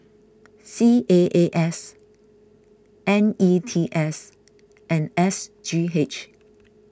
C A A S N E T S and S G H